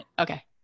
okay